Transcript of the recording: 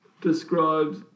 describes